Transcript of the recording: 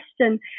question